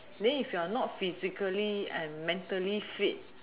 then if you are not physically and mentally fit